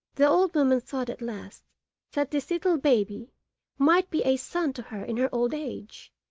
the old woman thought at last that this little baby might be a son to her in her old age,